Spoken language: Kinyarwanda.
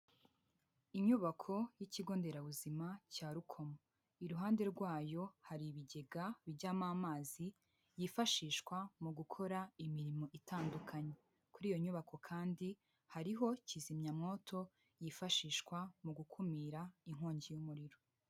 Inyubako y'ikigo nderabuzima cya Rukoma iruhande rwayo hari ibigega bijyamo amazi yifashishwa mu gukora imirimo itandukanye, kuri iyo nyubako kandi hariho kizimyamwoto yifashishwa mu gukumira inkongi y'umuriro.